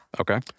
Okay